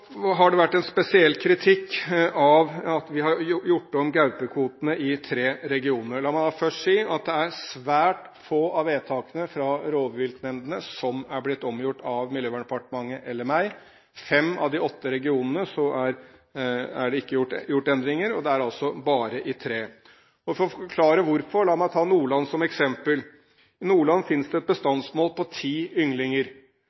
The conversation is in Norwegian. har det vært en spesiell kritikk av at vi har gjort om gaupekvotene i tre regioner. La meg da først si at det er svært få av vedtakene fra rovviltnemndene som er blitt omgjort av Miljøverndepartementet eller meg. I fem av de åtte regionene er det ikke gjort endringer – bare i tre. La meg for å forklare hvorfor ta Nordland som eksempel. I Nordland finnes det et